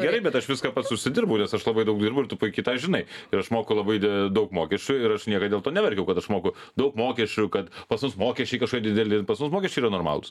gerai bet aš viską pats užsidirbu nes aš labai daug dirbu ir tu puikiai tą žinai ir aš moku labai daug mokesčių ir aš niekad dėl to neverkiau kad aš moku daug mokesčių kad pas mus mokesčiai kažkokie dideli pas mus mokesčiai yra normalūs